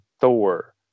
Thor